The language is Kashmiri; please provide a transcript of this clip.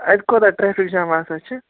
اَتہِ کوتاہ ٹریفِک جام آسان چھِ